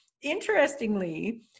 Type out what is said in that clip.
interestingly